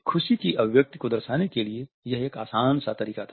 खुशी की अभिव्यक्ति को दर्शाने के लिए यह एक आसान सा तरीका था